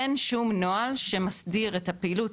אין שום נוהל שמסדיר את הפעילות,